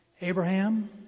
Abraham